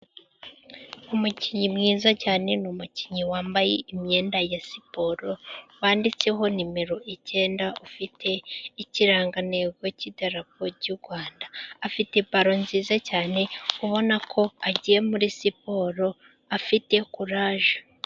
Umukinnyi mwiza cyane, ni umukinnyi wambaye imyenda ya siporo, yanditseho nimero icyenda. ufite ikirangantego cy'idarapo ry'U Rwanda .afite ballon nziza cyane, ubona ko agiye muri siporo, afite courage.